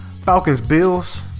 Falcons-Bills